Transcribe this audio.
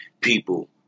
people